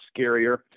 scarier